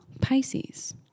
Pisces